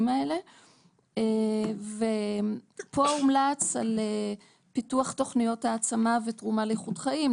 האלה ופה הומלץ על פיתוח תוכניות העצמה ותרומה לאיכות חיים,